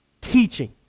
teaching